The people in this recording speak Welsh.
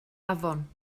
afon